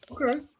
okay